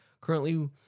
Currently